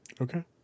Okay